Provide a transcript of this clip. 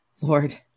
Lord